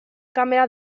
kamera